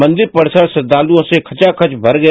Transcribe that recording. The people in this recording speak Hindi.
मंदिर परिसर श्रद्वालुओं से खचाखच भर गया